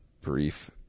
brief